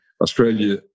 Australia